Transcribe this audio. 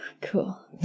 cool